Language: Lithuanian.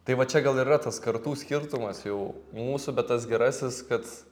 tai va čia gal yra tas kartų skirtumas jau mūsų bet tas gerasis kad